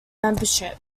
membership